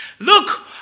look